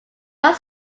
not